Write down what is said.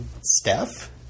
Steph